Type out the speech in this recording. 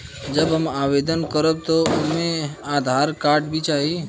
जब हम आवेदन करब त ओमे आधार कार्ड भी चाही?